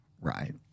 Right